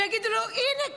ויגידו לו: הינה,